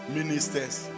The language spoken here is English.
ministers